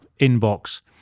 inbox